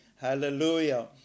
Hallelujah